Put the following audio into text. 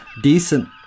decent